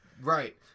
Right